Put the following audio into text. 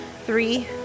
Three